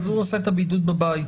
אז הוא עושה את הבידוד בבית,